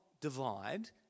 divide